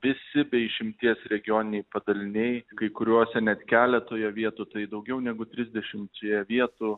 visi be išimties regioniniai padaliniai kai kuriuose net keletoje vietų tai daugiau negu trisdešimtyje vietų